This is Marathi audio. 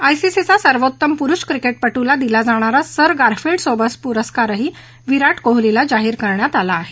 आयसीसीचा सर्वोत्तम पुरुष क्रिकेटपटूला दिला जाणारा सर गारफिल्ड सोबर्स पुरस्कार ही विराट कोहलीला जाहीर करण्यात आला आहे